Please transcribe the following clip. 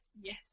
yes